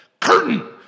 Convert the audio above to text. curtain